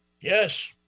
Yes